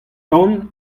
tan